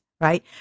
right